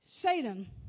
Satan